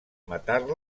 matar